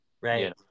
Right